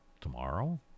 Tomorrow